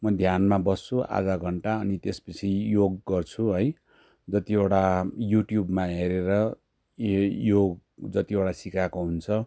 म ध्यानमा बस्छु आधा घन्टा अनि त्यसपछि योग गर्छु है जतिवटा युट्युबमा हेरेर यो योग जतिवटा सिकाएको हुन्छ